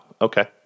Okay